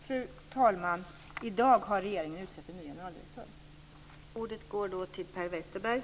Fru talman! I dag har regeringen utsett en ny generaldirektör.